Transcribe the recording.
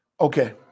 Okay